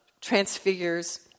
transfigures